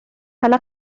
حالا